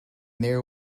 there